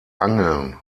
angeln